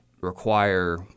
require